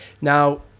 Now